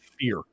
fear